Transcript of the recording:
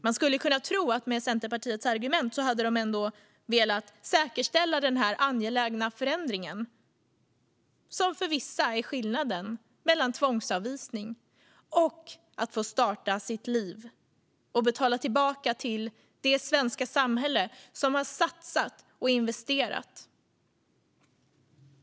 Man skulle kunna tro att Centerpartiet med de argument som de framförde skulle vilja säkerställa den här angelägna förändringen som för vissa är skillnaden mellan tvångsavvisning och att få starta sitt liv och betala tillbaka till det svenska samhälle som har satsat och investerat.